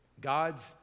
God's